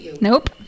Nope